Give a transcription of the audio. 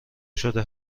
شده